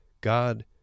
God